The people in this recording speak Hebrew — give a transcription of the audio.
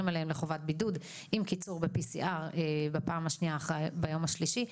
עליהן לחובת בידוד עם קיצור ב-PCR בפעם השנייה ביום השלישי,